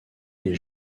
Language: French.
les